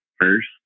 first